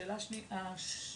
השאלה השנייה,